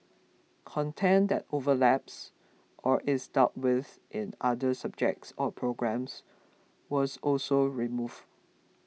content that overlaps or is dealt with in other subjects or programmes was also removed